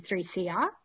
3CR